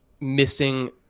missing